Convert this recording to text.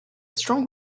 strong